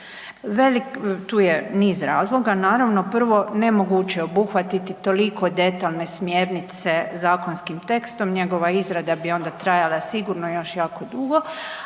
tu je niz razloga, naravno prvo nemoguće je obuhvatiti toliko detaljne smjernice zakonskim tekstom, njegova izrada bi onda trajala sigurno još jako dugo,